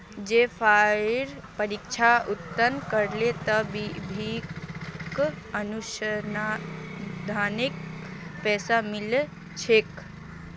JRF परीक्षा उत्तीर्ण करले त विभाक अनुसंधानेर पैसा मिल छेक